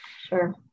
Sure